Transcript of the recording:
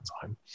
time